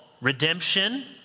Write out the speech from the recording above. redemption